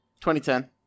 2010